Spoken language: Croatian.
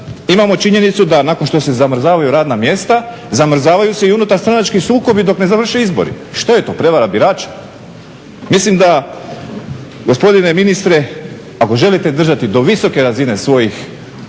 imamo činjenicu da nakon što se zamrzavaju radna mjesta zamrzavaju se i unutarstranački sukobi dok ne završe izbori. Što je to, prevara birača? Mislim da gospodine ministre ako želite držati do visoke razine svojih